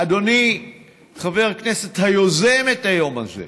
אדוני חבר הכנסת היוזם את היום הזה,